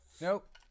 Nope